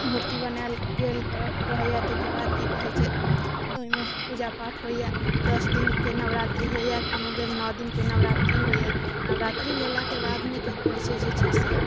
मूर्ति बनायल गेल रहैया तेकर बाद की कहैत छै ओहिमे पूजा पाठ होइया दश दिनके नवरात्रि होइया कोनो बेर नओ दिनके नवरात्रि होइया नवरात्रि भेलाके बादमे की कहैत छै जे छै से